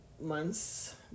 months